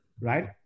Right